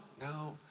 no